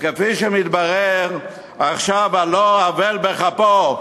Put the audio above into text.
וכפי שמתברר עכשיו, על לא עוול בכפו.